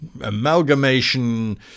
amalgamation